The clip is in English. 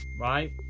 right